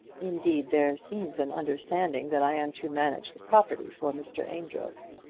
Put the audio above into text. indeed there seems an understanding that i am to manage the property for mr. amedroz.